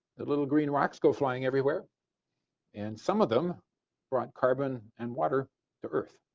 little green rocks go flying everywhere and some of them brought carbon and water to earth.